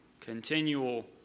continual